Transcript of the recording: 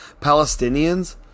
Palestinians